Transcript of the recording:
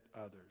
others